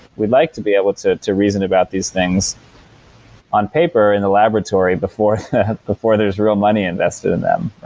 we like to be able to to reason about these things on paper, in a laboratory before before there is real money invested in them